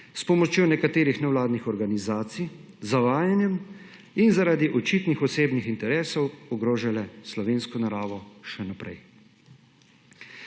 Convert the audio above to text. s pomočjo nekaterih nevladnih organizacij, z zavajanjem in zaradi očitnih osebnih interesov ogrožale slovensko naravo še naprej.